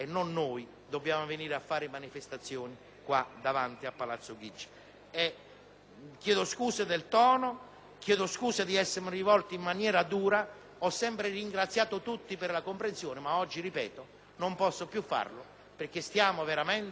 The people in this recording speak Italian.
tono e di essermi rivolto in modo duro. Ho sempre ringraziato tutti per la comprensione, ma oggi - ripeto - non posso più farlo, perché siamo veramente in uno Stato di non diritto per la popolazione della mia Regione o di quella piccola parte della mia Regione.